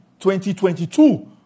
2022